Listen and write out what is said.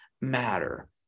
matter